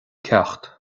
ceacht